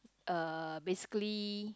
uh basically